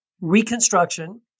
reconstruction